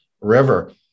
River